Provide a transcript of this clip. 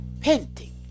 painting